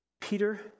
Peter